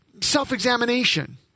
self-examination